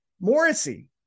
Morrissey